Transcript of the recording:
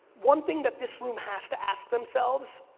one thing that this room has to ask themselves,